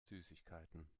süßigkeiten